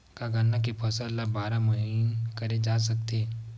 का गन्ना के फसल ल बारह महीन करे जा सकथे?